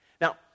Now